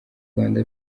rwanda